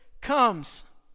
comes